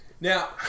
Now